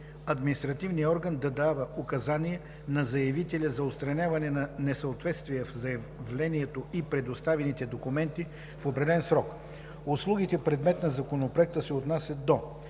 административният орган да дава указания на заявителя за отстраняване на несъответствия в заявлението и предоставените документи в определен срок. Услугите, предмет на Законопроекта, се отнасят до: